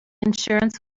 insurance